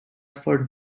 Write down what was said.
for